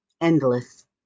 endless